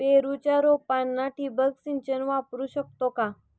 पेरूच्या रोपांना ठिबक सिंचन वापरू शकतो का?